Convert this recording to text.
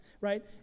right